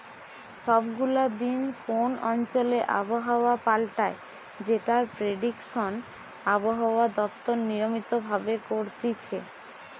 সব গুলা দিন কোন অঞ্চলে আবহাওয়া পাল্টায় যেটার প্রেডিকশন আবহাওয়া দপ্তর নিয়মিত ভাবে করতিছে